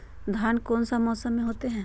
धान कौन सा मौसम में होते है?